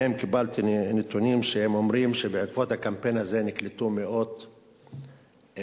מהם קיבלתי נתונים שהם אומרים שבעקבות הקמפיין הזה נקלטו מאות עובדים.